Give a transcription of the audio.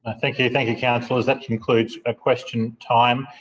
ah thank you. thank you, councillors that concludes ah question time.